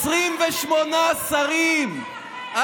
28 שרים.